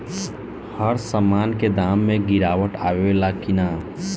हर सामन के दाम मे गीरावट आवेला कि न?